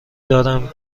دارم